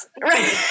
Right